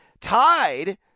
tied